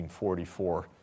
1944